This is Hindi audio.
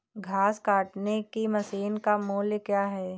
घास काटने की मशीन का मूल्य क्या है?